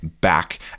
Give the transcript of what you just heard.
back